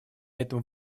этому